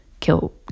kill